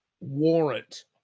warrant